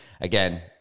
again